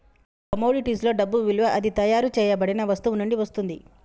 కమోడిటీస్లో డబ్బు విలువ అది తయారు చేయబడిన వస్తువు నుండి వస్తుంది